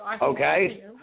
Okay